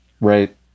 Right